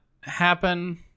happen